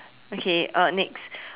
okay uh next